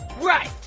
Right